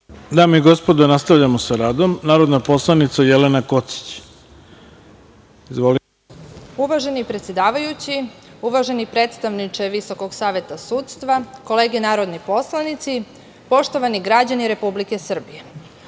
Dame i gospodo, nastavljamo sa radom. Reč ima narodna poslanica Jelena Kocić. Izvolite. **Jelena Kocić** Uvaženi predsedavajući, uvaženi predstavniče Visokog saveta sudstva, kolege narodni poslanici, poštovani građani Republike Srbije,